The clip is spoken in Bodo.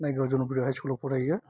नायगांव जनगुरि हाइ स्कुलआव फरायो